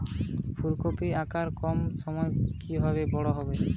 ফুলকপির আকার কম সময়ে কিভাবে বড় হবে?